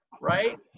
right